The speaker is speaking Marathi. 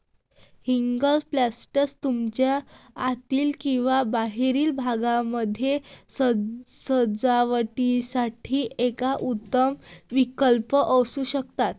हँगिंग प्लांटर्स तुमच्या आतील किंवा बाहेरील भागामध्ये सजावटीसाठी एक उत्तम विकल्प असू शकतात